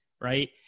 Right